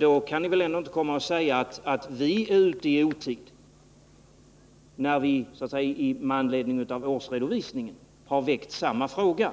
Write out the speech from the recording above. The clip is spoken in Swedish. Ni kan väl ändå inte säga att vi är ute i otid, när vi med anledning av årsredovisningen har väckt samma fråga